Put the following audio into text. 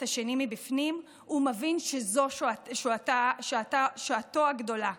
השני מבפנים הוא מבין שזו שעתו הגדולה.